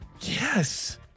Yes